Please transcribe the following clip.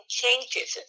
changes